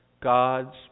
God's